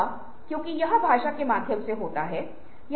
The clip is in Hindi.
हर दिन नौकरी से लौटने के बाद आप एक डेयरी रखले